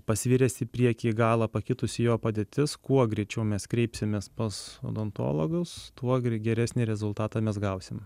pasviręs į priekį į galą pakitusi jo padėtis kuo greičiau mes kreipsimės pas odontologus tuo gri geresnį rezultatą mes gausime